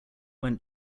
went